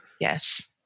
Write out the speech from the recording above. Yes